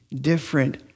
different